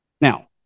Now